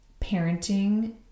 parenting